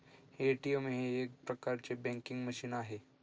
ATM हे एक प्रकारचे बँकिंग मशीन आहे